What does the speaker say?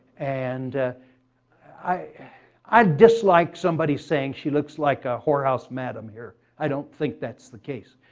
and i i dislike somebody saying she looks like a whorehouse madam here. i don't think that's the case.